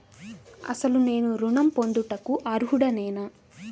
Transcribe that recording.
అసలు నేను ఋణం పొందుటకు అర్హుడనేన?